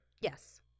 Yes